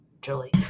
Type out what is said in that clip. Julie